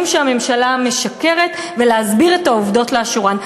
שהממשלה משקרת ולהסביר את העובדות לאשורן.